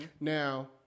Now